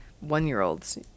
one-year-olds